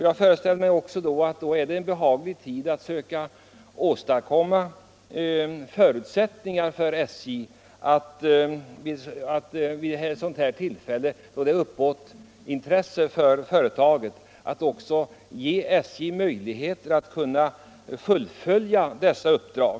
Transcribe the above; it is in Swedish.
Jag föreställer mig vidare att när intresse för företaget ökar så är det ett lämpligt tillfälle att också ge SJ möjligheter att fullgöra sin uppgift.